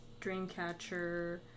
Dreamcatcher